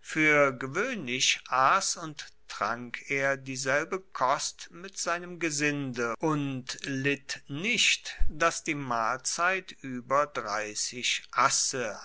fuer gewoehnlich ass und trank er dieselbe kost mit seinem gesinde und litt nicht dass die mahlzeit ueber asse